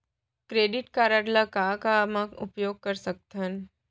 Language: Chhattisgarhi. क्रेडिट कारड ला का का मा उपयोग कर सकथन?